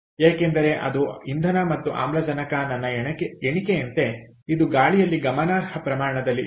ಏಕೆಂದರೆ ಅದು ಇಂಧನ ಮತ್ತು ಆಮ್ಲಜನಕ ನನ್ನ ಎಣಿಕೆಯಂತೆ ಇದು ಗಾಳಿಯಲ್ಲಿ ಗಮನಾರ್ಹ ಪ್ರಮಾಣದಲ್ಲಿ ಇರುತ್ತದೆ